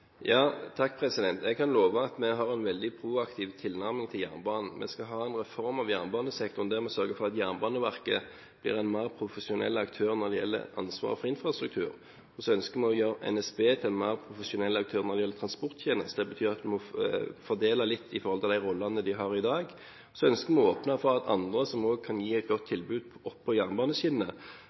Jeg kan love at vi har en veldig proaktiv tilnærming til jernbanen. Vi skal ha en reform av jernbanesektoren, der vi sørger for at Jernbaneverket blir en mer profesjonell aktør når det gjelder ansvaret for infrastruktur. Så ønsker vi å gjøre NSB til en mer profesjonell aktør når det gjelder transporttjenester. Det betyr at vi må fordele litt i forhold til de rollene de har i dag. Vi ønsker å åpne for at også andre som kan gi et godt tilbud på jernbaneskinnene,